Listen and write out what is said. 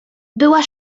była